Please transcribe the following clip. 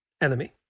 enemy